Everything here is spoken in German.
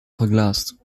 verglast